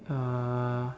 uh